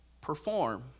perform